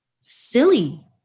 silly